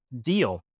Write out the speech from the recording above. deal